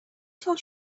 told